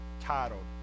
titled